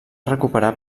recuperar